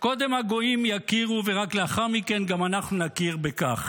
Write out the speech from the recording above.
קודם הגויים יכירו ורק לאחר מכן גם אנחנו נכיר בכך.